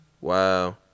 Wow